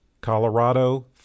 Colorado